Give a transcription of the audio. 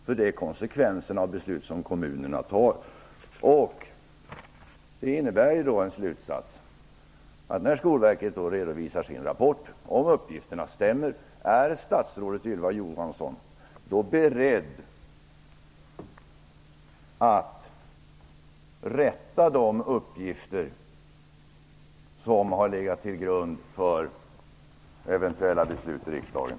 Det gäller konsekvenserna av beslut som kommunerna fattar. Slutsatsen och frågan blir denna: När Skolverket redovisar sin rapport, och om uppgifterna stämmer, är statsrådet Ylva Johansson då beredd att rätta de uppgifter som har legat till grund för eventuella beslut i riksdagen?